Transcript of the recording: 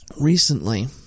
recently